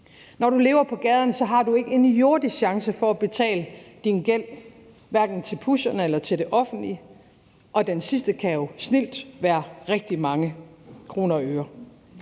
Når du lever på gaden, har du ikke en jordisk chance for at betale din gæld, hverken til pusherne eller til det offentlige, og den sidste kan jo snildt være på rigtig mange kroner og øre.